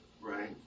right